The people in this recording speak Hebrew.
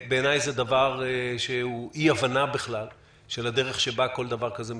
בעיניי זה דבר שהוא אי הבנה בכלל של הדרך שבה כל דבר כזה מתנהל.